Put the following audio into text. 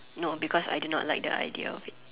no because I did not like the idea of it